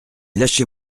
lâchez